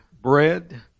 bread